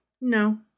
No